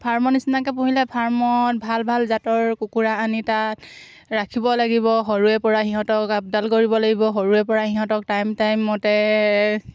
ফাৰ্মৰ নিচিনাকৈ পুহিলে ফাৰ্মত ভাল ভাল জাতৰ কুকুৰা আনি তাত ৰাখিব লাগিব সৰুৰেপৰা সিহঁতক আপডাল কৰিব লাগিব সৰুৰেপৰা সিহঁতক টাইম টাইম মতে